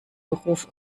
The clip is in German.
beruf